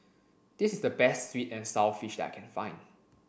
this is the best sweet and sour fish that I can find